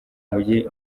mujyi